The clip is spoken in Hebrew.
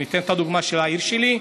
אני אתן את הדוגמה של העיר שלי,